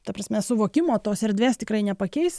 ta prasme suvokimo tos erdvės tikrai nepakeis